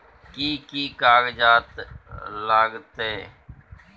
कि कि कागजात लागतै?